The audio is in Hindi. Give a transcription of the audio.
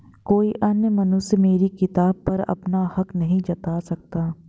कोई अन्य मनुष्य मेरी किताब पर अपना हक नहीं जता सकता